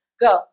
go